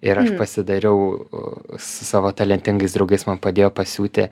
ir aš pasidariau su savo talentingais draugais man padėjo pasiūti